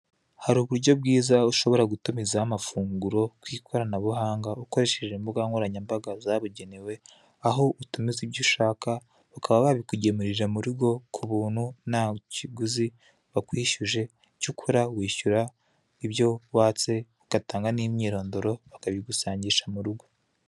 Har'uburyo bwiza ushobora gutumizamo amafunguro, kw'ikoranabuhanga ukoresheje imbuga nkoranyambaga zabugenewe. Aho utumiza ibyo ushaka bakaba babikugemurira mu rugo, ku buntu nta kiguzi bakwishyuje, icy'ukora wishyura ibyo watse ugatanga n'imyirondoro, bakabigusangisha mu rugo.